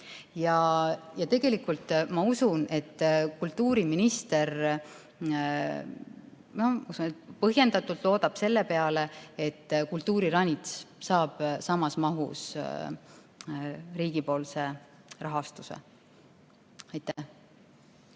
Ja tegelikult ma usun, et kultuuriminister, kuidas ma ütlen, põhjendatult loodab selle peale, et kultuuriranits saab samas mahus riigi rahastuse. Aitäh!